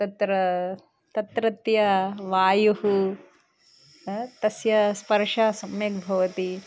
तत्र तत्रत्यः वायुः आ तस्य स्पर्शः सम्यक् भवति